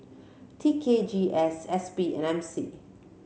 T K G S S P and M C